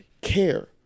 care